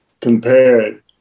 compared